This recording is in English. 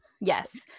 Yes